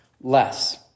less